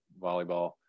volleyball